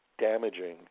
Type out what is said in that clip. damaging